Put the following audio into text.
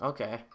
Okay